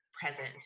present